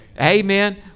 Amen